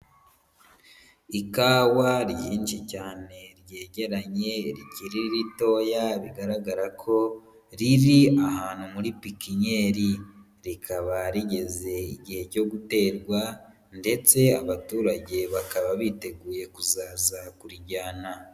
Ikawa ryinshi cyane ryegeranye rikiri ritoya bigaragara ko riri ahantu muri pikinyeri, rikaba rigeze igihe cyo guterwa, ndetse abaturage bakaba biteguye kuzaza kurijyana.